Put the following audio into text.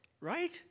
Right